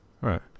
right